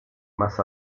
más